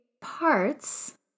Parts